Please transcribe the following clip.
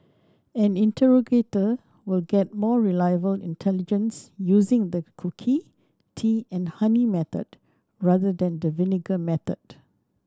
an interrogator will get more reliable intelligence using the cookie tea and honey method rather than the vinegar method